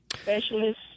specialist